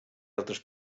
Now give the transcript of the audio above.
altres